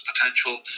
potential